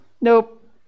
Nope